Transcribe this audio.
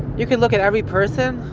you can look at every person,